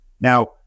Now